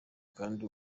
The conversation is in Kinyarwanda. kandi